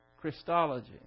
Christology